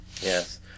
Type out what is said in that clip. Yes